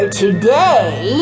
today